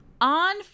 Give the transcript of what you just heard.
On